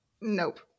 Nope